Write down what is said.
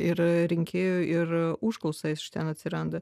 ir rinkėjų ir užklausa iš ten atsiranda